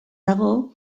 dago